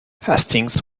hastings